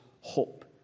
hope